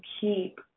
keep